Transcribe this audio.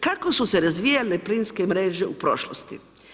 Kako su se razvijale plinske mreže u prošlosti?